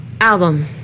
Album